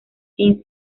sin